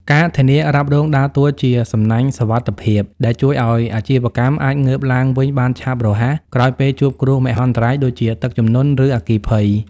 ការធានារ៉ាប់រងដើរតួជា "សំណាញ់សុវត្ថិភាព" ដែលជួយឱ្យអាជីវកម្មអាចងើបឡើងវិញបានឆាប់រហ័សក្រោយពេលជួបគ្រោះមហន្តរាយ ដូចជាទឹកជំនន់ ឬអគ្គិភ័យ។